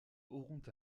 auront